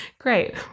Great